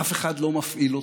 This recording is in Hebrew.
אף אחד לא מפעיל אותה.